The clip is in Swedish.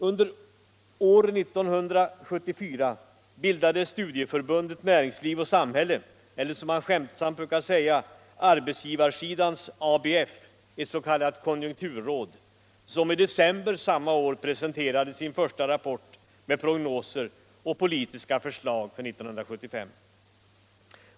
Under år 1974 bildade Studieförbundet Näringsliv och samhälle — eller, som man skämtsamt brukar säga, arbetsgivarsidans ABF - ett s.k. konjunkturråd som i december samma år presenterade sin första rapport med prognoser och politiska förslag för 1975.